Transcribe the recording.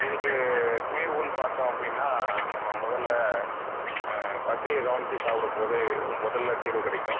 இதுக்கு தீர்வுனு பார்த்தோம் அப்படின்னா நம்ம முதலில் பசியை கவனித்து சாப்பிடும் போது முதலில் தீர்வு கிடைக்கும்